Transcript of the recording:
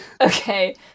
Okay